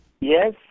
Yes